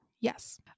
Yes